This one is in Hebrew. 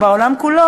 או בעולם כולו,